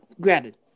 granted